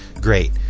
great